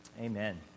Amen